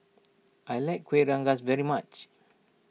I like Kueh Rengas very much